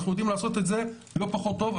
אנחנו יודעים לעשות את זה לא פחות טוב,